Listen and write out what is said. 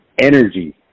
energy